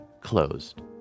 closed